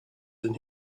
than